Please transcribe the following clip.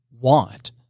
want